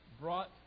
brought